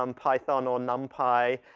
um python or numpy,